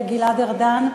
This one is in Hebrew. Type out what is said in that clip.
גלעד ארדן,